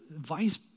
vice